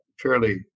fairly